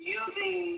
using